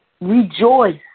Rejoice